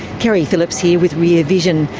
keri phillips here with rear vision.